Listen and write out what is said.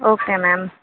okay ma'am